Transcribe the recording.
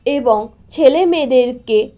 এবং ছেলে মেয়েদেরকে